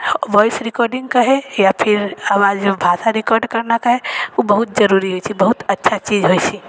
voice recording कहै या फिर आवाजमे बाधा रिकॉर्ड करना कहै ओ बहुत जरूरी होइ छै बहुत अच्छा चीज होइ छै